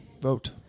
Vote